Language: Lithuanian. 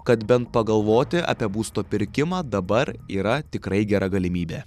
kad bent pagalvoti apie būsto pirkimą dabar yra tikrai gera galimybė